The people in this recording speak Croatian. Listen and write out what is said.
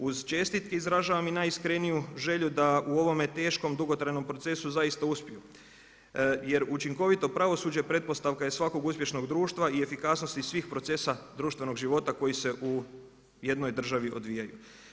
Uz čestitke izražavam i najiskreniju želju da u ovome teškom dugotrajnom procesu zaista uspijemo, jer učinkovito pravosuđe pretpostavka je svakog uspješnog društva i efikasnosti svih procesa društvenog života koji se u jednoj državi odvijaju.